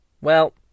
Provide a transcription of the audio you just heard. Well